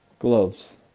Gloves